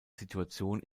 situation